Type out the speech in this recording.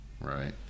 Right